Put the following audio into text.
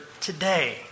today